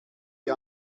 die